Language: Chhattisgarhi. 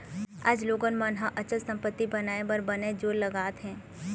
आज लोगन मन ह अचल संपत्ति बनाए बर बनेच जोर लगात हें